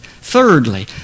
Thirdly